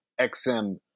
XM